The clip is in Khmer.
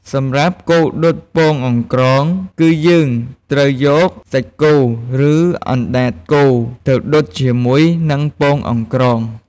សម្រាប់គោដុតពងអង្រ្កង គឺយើងត្រូវយកសាច់គោ ឬអណ្តាតគោទៅដុតជាមួយនឹងពងអង្រ្កង។